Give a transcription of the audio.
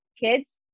kids